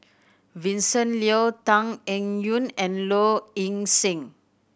Vincent Leow Tan Eng Yoon and Low Ing Sing